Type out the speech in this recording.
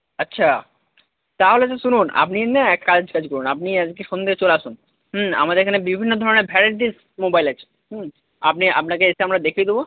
আচ্ছা তাহলে তো শুনুন আপনি না এক কাজ কাজ করুন আপনি আজকে সন্ধ্যায় চলে আসুন হুম আমাদের এখানে বিভিন্ন ধরণের ভ্যারাইটিস মোবাইল আছে হুম আপনি আপনাকে এসে আমরা দেখিয়ে দেবো